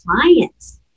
client's